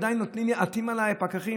עדיין עטים עליי הפקחים.